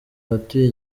abatuye